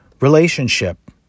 relationship